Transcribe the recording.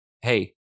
Hey